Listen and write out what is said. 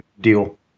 deal